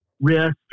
risk